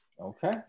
Okay